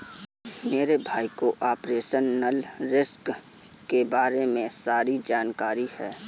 मेरे भाई को ऑपरेशनल रिस्क के बारे में सारी जानकारी है